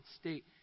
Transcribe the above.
state